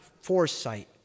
foresight